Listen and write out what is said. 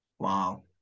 Wow